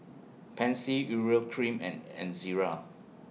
Pansy Urea Cream and Ezerra